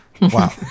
Wow